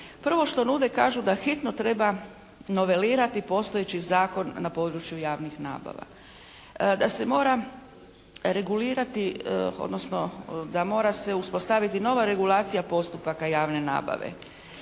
Prvo što nude kažu da hitno treba novelirati postojeći zakon na području javnih nabava. Da se mora regulirati, odnosno da mora se uspostaviti nova regulacija postupaka javne nabave.